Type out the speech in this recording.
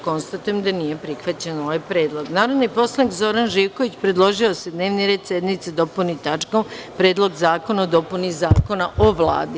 Konstatujem da nije prihvaćen ovaj predlog Narodni poslanik Zoran Živković, predložio je da se dnevni red sednice dopuni tačkom – Predlog zakona o dopuni Zakona o Vladi.